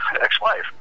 ex-wife